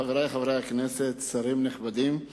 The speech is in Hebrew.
חברי חברי הכנסת, שרים נכבדים,